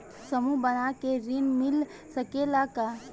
समूह बना के ऋण मिल सकेला का?